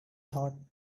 thought